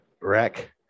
wreck